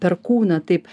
per kūną taip